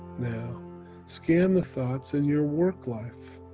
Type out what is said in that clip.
now scan the thoughts in your work life.